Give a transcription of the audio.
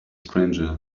stranger